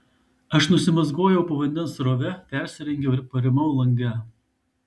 aš nusimazgojau po vandens srove persirengiau ir parimau lange